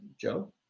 Joe